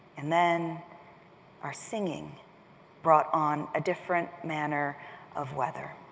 and then our singing brought on a different manner of weather.